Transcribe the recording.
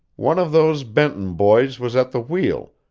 one of those benton boys was at the wheel,